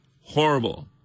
horrible